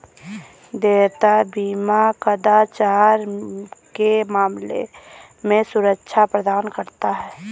देयता बीमा कदाचार के मामले में सुरक्षा प्रदान करता है